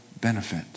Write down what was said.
benefit